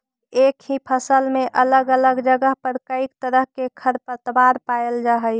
एक ही फसल में अलग अलग जगह पर कईक तरह के खरपतवार पायल जा हई